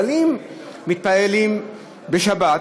אבל אם מתפללים בשבת,